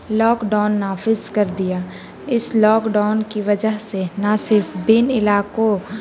lock down نافذ کر دیا اس لاک ڈاؤن کی وجہ سے نہ صرف بین علاقوں